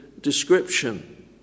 description